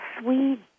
sweet